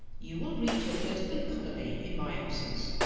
you will read your political economy in my absence.